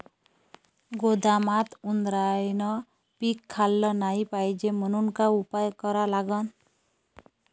गोदामात उंदरायनं पीक खाल्लं नाही पायजे म्हनून का उपाय करा लागन?